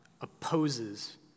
opposes